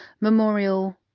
memorial